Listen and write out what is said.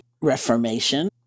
reformation